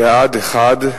בעד, 1,